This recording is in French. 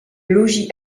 logis